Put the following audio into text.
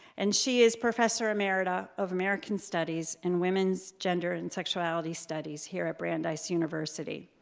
and she is professor um and of american studies, in women's, gender, and sexuality studies here at brandeis university.